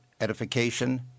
edification